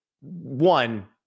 one